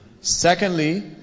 Secondly